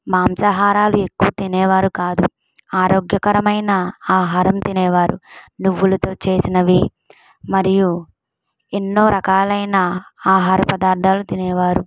మాంసాహారాలు ఎక్కువ తినేవారు కాదు ఆరోగ్యకరమైన ఆహారం తినేవారు నువ్వులతో చేసినవి మరియు ఎన్నో రకాలైన ఆహార పదార్థాలు తినేవారు